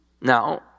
now